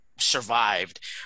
survived